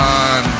on